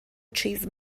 چیز